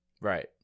Right